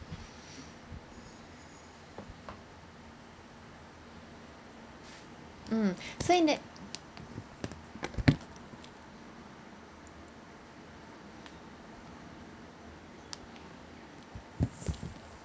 mm so in that